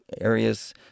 areas